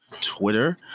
twitter